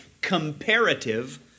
comparative